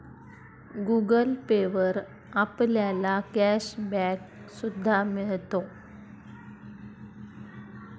Google Pay वर आपल्याला cash back सुद्धा मिळतो